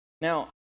Now